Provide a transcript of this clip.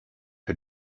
had